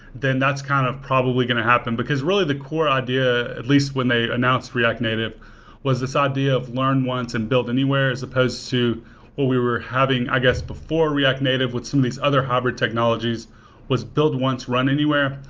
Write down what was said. then that's kind of probably going to happen. really, the core idea at least when they announced react native was this idea of learn once and build anywhere as supposed to what we we're having, i guess before react native, with some of these other hybrid technologies was build once, run anywhere.